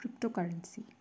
cryptocurrency